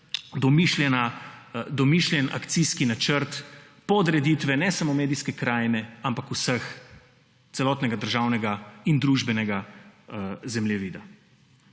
domišljen akcijski načrt podreditve, ne samo medijske krajine, ampak vseh, celotnega državnega in družbenega zemljevida,